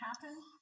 happen